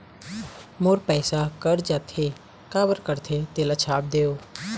मोर पैसा कट जाथे काबर कटथे तेला छाप देव?